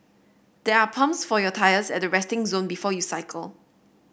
there are pumps for your tyres at the resting zone before you cycle